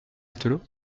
matelots